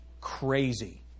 crazy